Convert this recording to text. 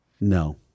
No